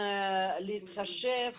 צריך להתחשב